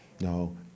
No